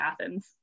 Athens